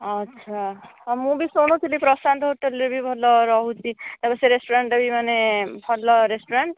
ଆଛା ହଁ ମୁଁ ବି ଶୁଣିଥିଲି ପ୍ରଶାନ୍ତ ହୋଟେଲରେ ବି ଭଲ ରହୁଛି ସେ ରେଷ୍ଟୁରାଣ୍ଟଟା ମାନେ ଭଲ ରେଷ୍ଟୁରାଣ୍ଟ